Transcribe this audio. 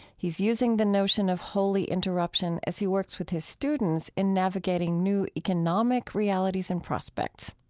he's using the notion of holy interruption as he works with his students in navigating new economic realities and prospects.